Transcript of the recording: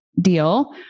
deal